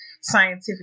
scientific